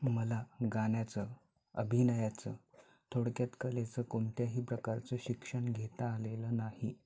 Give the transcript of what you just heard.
मला गाण्याचं अभिनयाचं थोडक्यात कलेचं कोणत्याही प्रकारचं शिक्षण घेता आलेलं नाही